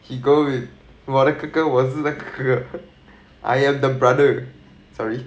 he go with 我的哥哥我是那个哥哥 I am the brother sorry